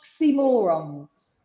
oxymorons